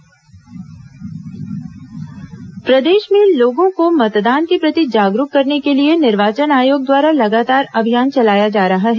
मतदाता जागरूकता कार्यक्रम प्रदेश में लोगों को मतदान के प्रति जागरूक करने के लिए निर्वाचन आयोग द्वारा लगातार अभियान चलाया जा रहा है